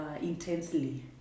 intensely